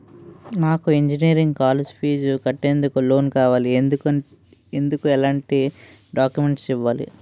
నాకు engineering college fee కట్టేందుకు loan కావాలి, ఎందుకు ఎలాంటి డాక్యుమెంట్స్ ఇవ్వాలి?